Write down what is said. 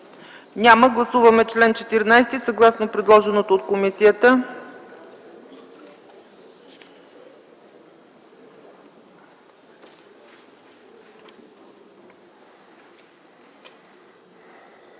Няма. Гласуваме чл. 14 съгласно предложеното от комисията.